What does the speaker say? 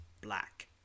black